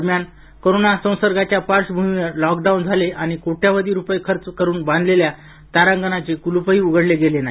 दरम्यान कोरोना संसर्गाच्या पार्श्वभूमीवर लॉक डाऊन झाले आणि कोट्यवधी रुपये खर्च करून बांधलेल्या तारांगणाचे कूलूप ही उघडले गेले नाही